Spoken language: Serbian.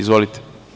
Izvolite.